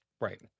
right